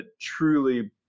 truly